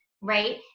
right